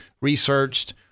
researched